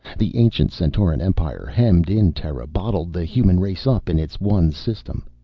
the ancient centauran empire hemmed in terra, bottled the human race up in its one system.